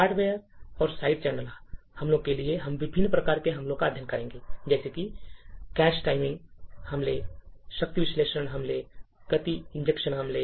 hardware और side channel हमलों के लिए हम विभिन्न प्रकार के हमलों का अध्ययन करेंगे जैसे कि कैश टाइमिंग हमले शक्ति विश्लेषण हमले और गलती इंजेक्शन हमले